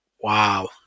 wow